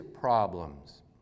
problems